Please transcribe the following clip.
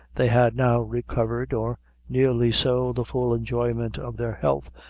they had now recovered, or nearly so, the full enjoyment of their health,